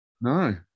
No